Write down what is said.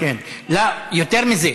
יותר מזה,